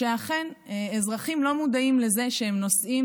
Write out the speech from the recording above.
שאכן אזרחים לא מודעים לזה שהם נוסעים